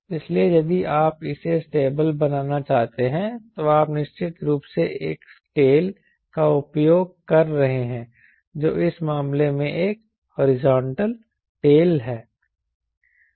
इसलिए यदि आप इसे स्टेबल बनाना चाहते हैं तो आप निश्चित रूप से एक टेल का उपयोग कर रहे हैं जो इस मामले में एक हॉरिजॉन्टल टेल है